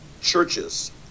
Churches